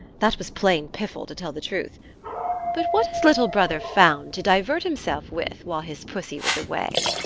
that was plain piffle, to tell the truth but what has little brother found to divert himself with while his pussy was away?